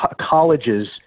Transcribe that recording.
colleges